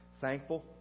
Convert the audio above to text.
thankful